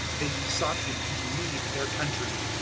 they besought him to leave their country.